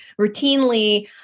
routinely